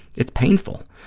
it's painful.